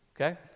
Okay